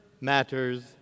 matters